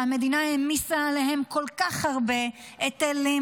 שהמדינה העמיסה עליהם כל כך הרבה היטלים,